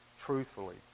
truthfully